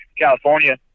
California